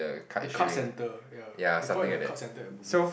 the card centre ya they call it the card centre at Bugis